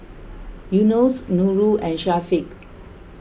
Yunos Nurul and Syafiq